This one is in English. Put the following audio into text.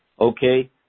Okay